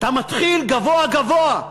אתה מתחיל גבוה גבוה,